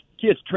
kids